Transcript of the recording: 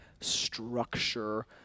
structure